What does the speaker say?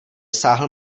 sáhl